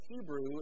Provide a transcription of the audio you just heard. Hebrew